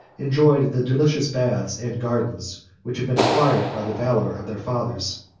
enjoyed the delicious baths and gardens which had been acquired by the valor of their fathers.